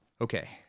Okay